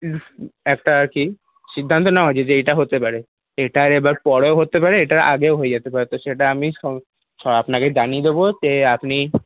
একটা আর কি সিদ্ধান্ত নেওয়া হয়েছে যে এইটা হতে পারে এটা এবার পরেও হতে পারে এটা আগেও হয়ে যেতে পারে তো সেটা আমি আপনাকে জানিয়ে দেব যে আপনি